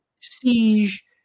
siege